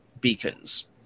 beacons